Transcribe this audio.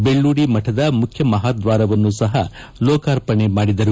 ಬೆಳ್ಳೂದಿ ಮಠದ ಮುಖ್ಯ ಮಹಾದ್ವಾರವನ್ನು ಸಹ ಲೋಕಾರ್ಪಣೆ ಮಾಡಿದರು